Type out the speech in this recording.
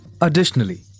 Additionally